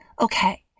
Okay